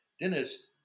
Dennis